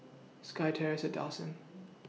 SkyTerrace At Dawson